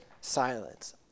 silence